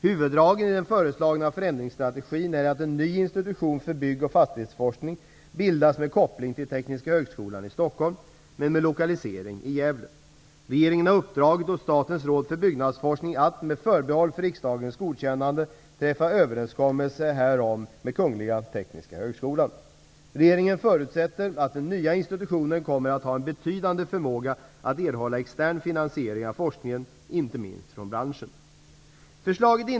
Huvuddragen i den föreslagna förändringsstrategin är att en ny institution för bygg och fastighetsforskning bildas med koppling till Tekniska högskolan i Stockholm men med lokalisering i Gävle. Regeringen har uppdragit åt Statens råd för byggnadsforskning att, med förbehåll för riksdagens godkännande, träffa överenskommelser härom med Kungliga tekniska högskolan. Regeringen förutsätter att den nya institutionen kommer att ha en betydande förmåga att erhålla extern finansiering av forskningen, inte minst från branschen.